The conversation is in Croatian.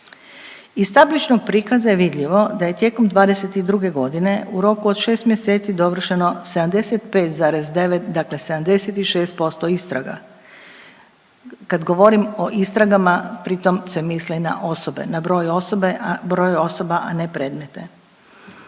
Iz tabličnog prikaza je vidljivo da je tijekom '22. godine u roku od 6 mjeseci dovršeno 75,9 dakle 76% istraga. Kad govorim o istragama pritom se misli na osobe, na broj osobe, broj osoba, a ne predmete.